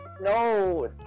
no